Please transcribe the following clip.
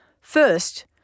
First